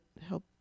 help